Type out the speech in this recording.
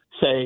say –